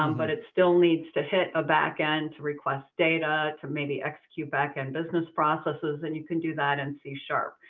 um but it still needs to hit a backend to request data, to maybe execute backend business processes. and you can do that in and c sharp.